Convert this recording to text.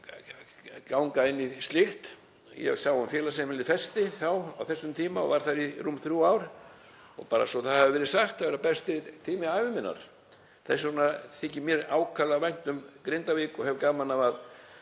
ganga inn í slíkt. Ég sá um félagsheimilið Festi á þessum tíma og var þar í rúm þrjú ár og bara svo það hafi verið sagt var það besti tími ævi minnar. Þess vegna þykir mér ákaflega vænt um Grindavík og hef gaman af að